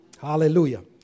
Hallelujah